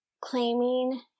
claiming